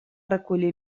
recollir